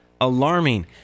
alarming